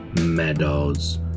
meadows